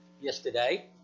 yesterday